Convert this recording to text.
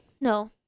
No